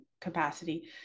capacity